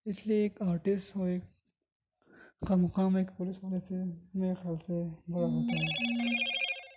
اس لیے ایک آرٹسٹ اور ایک خواہ مخواہ میں ایک پولیس والے سے میرے خیال سے بڑا ہوتا ہے